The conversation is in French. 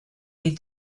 est